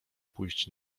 pójść